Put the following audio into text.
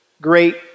great